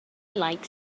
like